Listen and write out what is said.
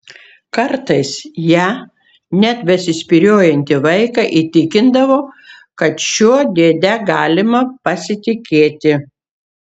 kartais ja net besispyriojantį vaiką įtikindavo kad šiuo dėde galima pasitikėti